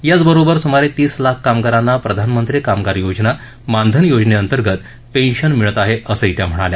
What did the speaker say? याचबरोबर सुमारे तीस लाख कामगारांना प्रधानमंत्री कामगार योजना मानधन योजनेअंतर्गत पेन्शन मिळत आहे असं त्या म्हणाल्या